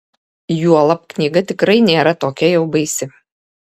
juolab knyga tikrai nėra tokia jau baisi